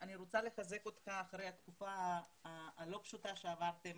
אני רוצה לחזק אותך אחרי התקופה הלא פשוטה שעברתם